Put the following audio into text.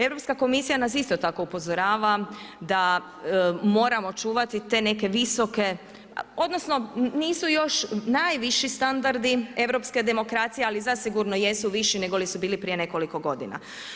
Europska komisija nas isto tako upozorava da moramo čuvati te neke visoke, odnosno nisu još najviši standardi europske demokracije, ali zasigurno jesu viši negoli su bili prije nekoliko godina.